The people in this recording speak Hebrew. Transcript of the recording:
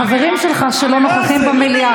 החברים שלך, שלא נוכחים במליאה.